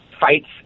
fights